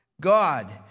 God